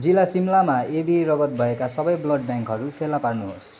जिल्ला सिमलामा एबी रगत भएका सबै ब्लड ब्याङ्कहरू फेला पार्नुहोस्